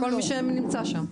בכל מי שנמצא שם.